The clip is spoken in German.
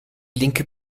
linke